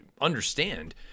understand